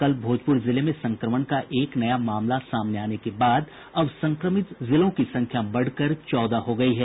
कल भोजपुर जिले में संक्रमण का एक नया मामले सामने आने के बाद अब संक्रमित जिलों की संख्या बढ़कर चौदह हो गयी है